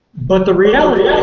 but the reality